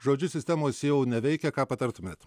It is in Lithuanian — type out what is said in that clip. žodžiu sistemos jau neveikia ką patartumėt